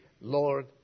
Lord